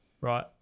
right